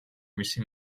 მისი